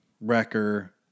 Wrecker